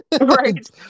Right